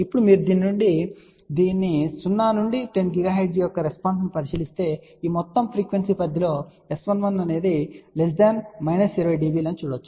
ఇప్పుడు మీరు దీని 0 నుండి 10 GHz యొక్క రెస్పాన్స్ ను పరిశీలిస్తే మీరు ఈ మొత్తం ఫ్రీక్వెన్సీ పరిధి లో S11 20 dB అని చూడవచ్చు